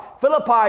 Philippi